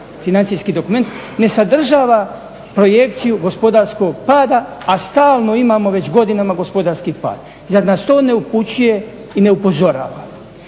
financijski dokument, ne sadržava projekciju gospodarskog pada, a stalno imamo već godinama gospodarski pad. Zar nas to ne upućuje i ne upozorava?